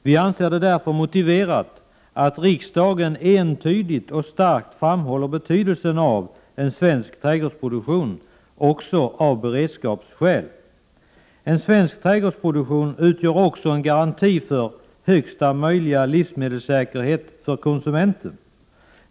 Vi anser det därför motiverat att riksdagen entydigt och starkt framhåller betydelsen av en svensk trädgårdsproduktion också av beredskapsskäl. En svensk trädgårdsproduktion utgör också en garanti för högsta möjliga livsmedelssäkerhet för konsumenten.